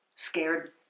Scared